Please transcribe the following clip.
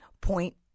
point